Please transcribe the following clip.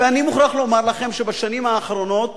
ואני מוכרח לומר לכם שבשנים האחרונות,